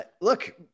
Look